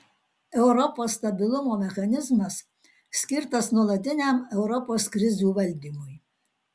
europos stabilumo mechanizmas skirtas nuolatiniam europos krizių valdymui